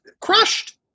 crushed